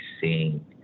seeing